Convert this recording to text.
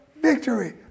victory